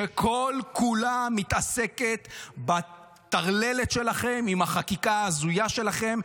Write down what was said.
שכל-כולה מתעסקת בטרללת שלכם עם החקיקה ההזויה שלכם,